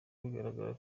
bigaragara